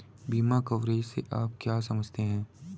बीमा कवरेज से आप क्या समझते हैं?